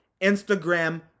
Instagram